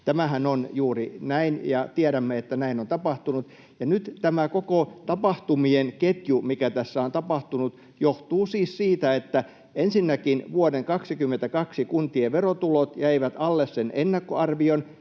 Tämähän on juuri näin, ja tiedämme, että näin on tapahtunut. Ja nyt tämä koko tapahtumien ketju, mikä tässä on tapahtunut, johtuu siis siitä, että ensinnäkin vuoden 22 kuntien verotulot jäivät alle ennakkoarvion